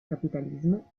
capitalismo